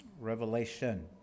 Revelation